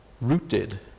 rooted